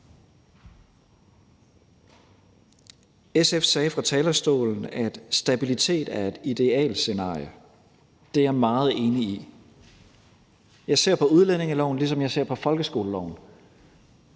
SF sagde fra talerstolen, at stabilitet er et idealscenarie. Det er jeg meget enig i. Jeg ser på udlændingeloven, ligesom jeg ser på folkeskoleloven: